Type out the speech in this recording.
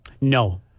no